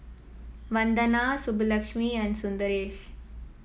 Vandana Subbulakshmi and Sundaresh